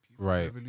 Right